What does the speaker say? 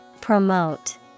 promote